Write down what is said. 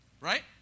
right